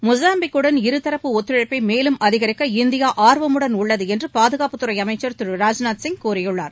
மொசாம்பிக்குடன் இருதரப்பு ஒத்துழைப்பை மேலும் அதிகரிக்க இந்தியா ஆர்வமுடன் உள்ளது என்று பாதுகாப்புத்துறை அமைச்சர் திரு ராஜ்நாத் சிங் கூறியுள்ளார்